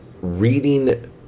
reading